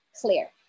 clear